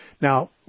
Now